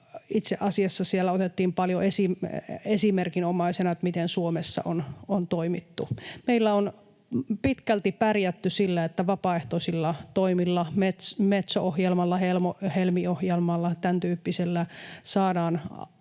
Itse asiassa siellä otettiin paljon esimerkinomaisena sitä, miten Suomessa on toimittu. Meillä on pitkälti pärjätty sillä, että vapaaehtoisilla toimilla — Metso-ohjelmalla, Helmi-ohjelmalla, tämäntyyppisillä — saadaan